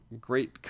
great